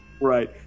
Right